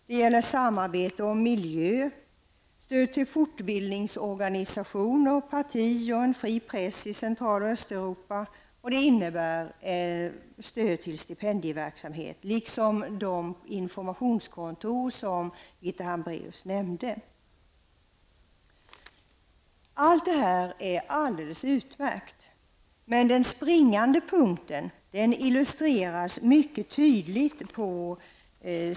Det gäller då samarbete, miljö, stöd till fortbildningsorganisationer och partier samt en fri press i Central och Östeuropa. Det handlar alltså om stöd till stipendieverksamhet och till av Birgitta Hambraeus nämnda informationskontor. Allt detta är alldeles utmärkt. Men den springande punkten illustreras mycket tydligt på.